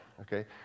okay